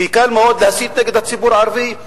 קל מאוד להסית נגד הציבור הערבי,